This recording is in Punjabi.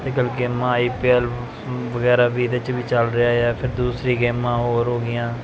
ਅੱਜ ਕੱਲ੍ਹ ਗੇਮਾਂ ਆਈ ਪੀ ਐਲ ਵਗੈਰਾ ਵੀ ਇਹਦੇ 'ਚ ਵੀ ਚੱਲ ਰਿਹਾ ਆ ਫਿਰ ਦੂਸਰੀ ਗੇਮਾਂ ਹੋਰ ਹੋ ਗਈਆਂ